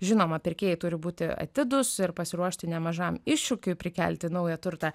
žinoma pirkėjai turi būti atidūs ir pasiruošti nemažam iššūkiui prikelti naują turtą